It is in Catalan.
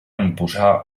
imposar